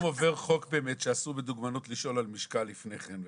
היום עובר חוק באמת שאסור בדוגמנות לשאול על משקל לפני כן.